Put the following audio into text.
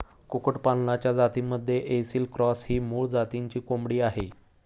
कुक्कुटपालनाच्या जातींमध्ये ऐसिल क्रॉस ही मूळ जातीची कोंबडी आहे